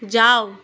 যাও